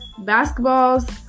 basketballs